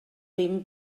ddim